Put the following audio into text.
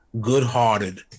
good-hearted